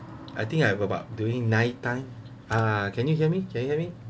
I think I have about during nighttime ah can you hear me can you hear me